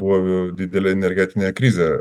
buvo didelė energetinė krizė